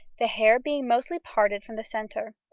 the hair being mostly parted from the centre.